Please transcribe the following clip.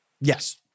Yes